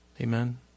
Amen